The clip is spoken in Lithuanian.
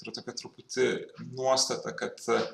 yra tokia truputį nuostata kad